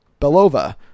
Belova